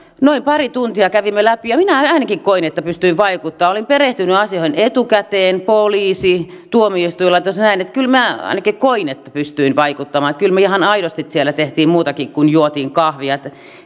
noin pari tuntia kävimme asioita läpi ja minä ainakin koin että pystyin vaikuttamaan olin perehtynyt asioihin etukäteen poliisi tuomioistuinlaitos näin niin että kyllä minä ainakin koin että pystyin vaikuttamaan kyllä me ihan aidosti siellä teimme muutakin kuin joimme kahvia